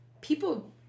people